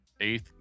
eighth